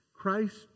Christ